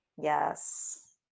Yes